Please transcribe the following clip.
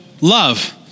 love